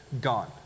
Gone